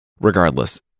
regardless